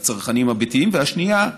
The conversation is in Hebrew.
לצרכנים הביתיים, והשנייה,